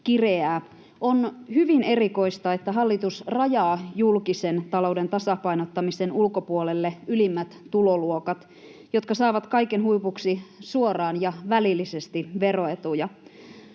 On hyvin erikoista, että hallitus rajaa julkisen talouden tasapainottamisen ulkopuolelle ylimmät tuloluokat, jotka saavat kaiken huipuksi suoraan ja välillisesti veroetuja.